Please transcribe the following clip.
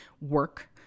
work